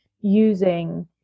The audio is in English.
using